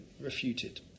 refuted